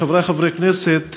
חברי חברי הכנסת,